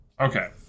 Okay